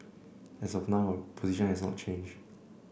as of now position has not changed